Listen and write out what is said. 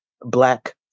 Black